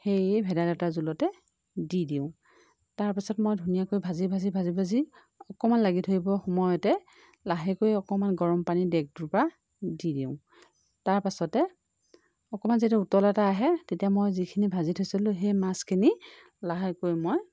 সেই ভেদাইলতাৰ জোলতে দি দিওঁ তাৰ পাছত মই ধুনীয়াকৈ ভাজি ভাজি ভাজি ভাজি অকণমান লাগি ধৰিবৰ সময়তে লাহেকৈ অকণমান গৰমপানীৰ ডেকটোৰ পৰা দি দিওঁ তাৰ পাছতে অকণমান যেতিয়া উতল এটা আহে তেতিয়া মই যিখিনি ভাজি থৈছিলোঁ সেই মাছখিনি লাহেকৈ মই